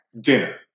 Dinner